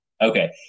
Okay